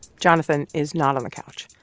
jonathan is not on the couch.